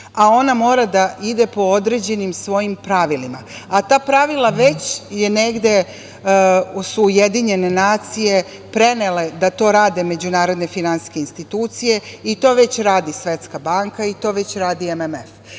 a ona mora da ide po određenim svojim pravilima, a ta pravila već su negde Ujedinjene nacije prenele da to rade međunarodne finansijske institucije, i to već radi Svetska banka, i to već radi MMF.To